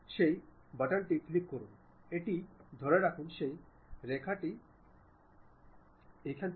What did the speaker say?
0 এর পরিবর্তে আসুন 5 mm